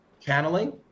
Channeling